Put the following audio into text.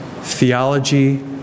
theology